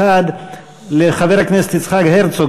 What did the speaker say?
1. לחבר הכנסת יצחק הרצוג,